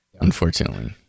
unfortunately